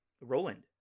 roland